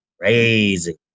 crazy